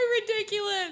ridiculous